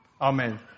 Amen